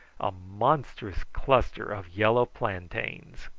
a monstrous cluster of yellow plantains.